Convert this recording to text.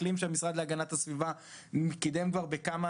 תחום נוסף שאנחנו קידמנו הוא הנושא של הנגשת מי שתייה במוסדות,